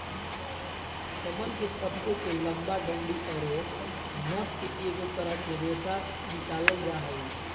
कमल के पत्तो के लंबा डंडि औरो नस से एगो तरह के रेशा निकालल जा हइ